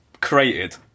created